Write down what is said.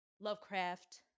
Lovecraft